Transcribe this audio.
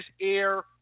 air